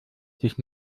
sich